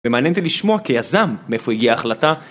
ומעניין אותי לשמוע כיזם מאיפה הגיעה ההחלטה